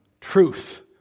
truth